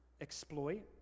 exploit